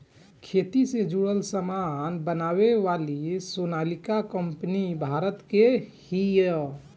खेती से जुड़ल सामान बनावे वाली सोनालिका कंपनी भारत के हिय